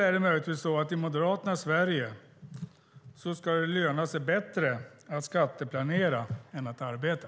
Är det möjligtvis så att i Moderaternas Sverige ska det löna sig bättre att skatteplanera än att arbeta?